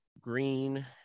Green